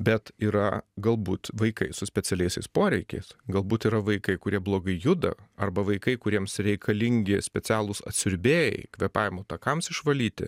bet yra galbūt vaikai su specialiaisiais poreikiais galbūt yra vaikai kurie blogai juda arba vaikai kuriems reikalingi specialūs atsiurbėjai kvėpavimo takams išvalyti